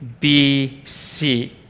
BC